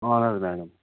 اہن حظ میڈم